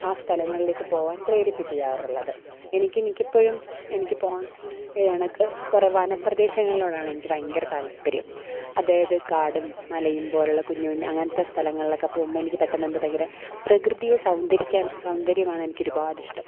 ആ സ്ഥലങ്ങളിലേക്ക് പോവാൻ പ്രേരിപ്പിക്കുവാറുള്ളത് എനിക്ക് മിക്കപ്പോഴും എനിക്ക് പോവാൻ കുറേ വനപ്രദേശങ്ങളോടാണെനിക്ക് ഭയങ്കര താൽപ്പര്യം അതായത് കാടും മലയും പോലുള്ള കുഞ്ഞ് കുഞ്ഞ് അങ്ങനത്തെ സ്ഥലങ്ങളിലൊക്കെ പോകുമ്പോൾ എനിക്ക് പെട്ടെന്നെന്തോ ഭയങ്കര പ്രകൃതിയെ സൗന്ദരിക്കാൻ സൗന്ദര്യമാണ് എനിക്ക് ഒരുപാട് ഇഷ്ടം